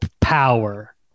power